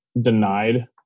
denied